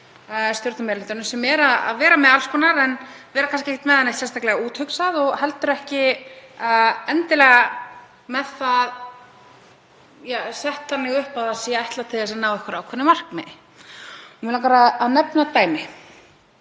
sem er að vera með alls konar en vera kannski ekki með það neitt sérstaklega úthugsað og heldur ekki endilega með það sett þannig upp að því sé ætlað að ná einhverju ákveðnu markmiði. Mig langar að nefna dæmi.